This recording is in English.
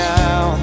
now